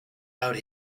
out